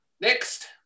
next